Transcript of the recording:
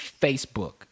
Facebook